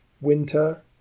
winter